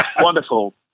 Wonderful